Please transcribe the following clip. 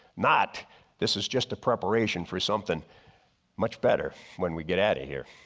not this is just a preparation for something much better when we get out of here.